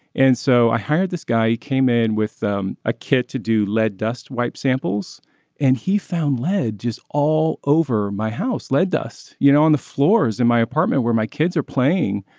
and so i hired this guy came in with um a kit to do lead dust wipe samples and he found ledge is all over my house led us you know on the floors in my apartment where my kids are playing.